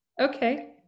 Okay